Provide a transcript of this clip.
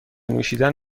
نوشیدن